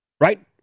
Right